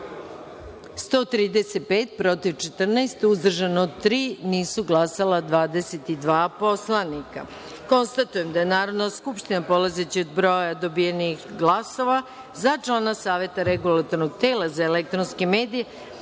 135, protiv – 14, uzdržano – troje, nisu glasala 22 poslanika. Konstatujem da je Narodna skupština, polazeći od broja dobijenih glasova za člana Saveta Regulatornog tela za elektronske medije